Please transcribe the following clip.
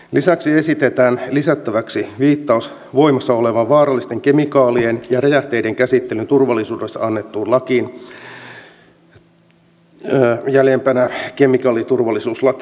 lisäksi esitetään lisättäväksi viittaus voimassa olevaan vaarallisten kemikaalien ja räjähteiden käsittelyn turvallisuudesta annettuun lakiin jäljempänä kemikaaliturvallisuuslaki